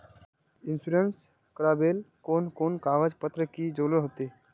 Insurance करावेल कोन कोन कागज पत्र की जरूरत होते?